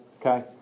Okay